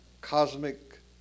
cosmic